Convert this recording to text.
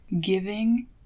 giving